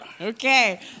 Okay